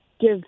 give